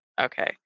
Okay